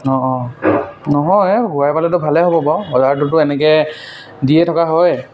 অঁ অঁ নহয় ঘূৰাই পালেতো ভালে হ'ব বাৰু অৰ্ডাৰটোতো এনেকৈ দিয়ে থকা হয়